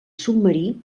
submarí